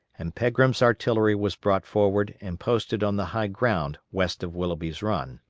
and pegram's artillery was brought forward and posted on the high ground west of willoughby's run.